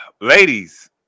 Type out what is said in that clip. ladies